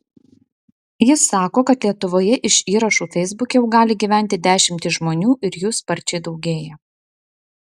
jis sako kad lietuvoje iš įrašų feisbuke jau gali gyventi dešimtys žmonių ir jų sparčiai daugėja